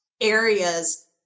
areas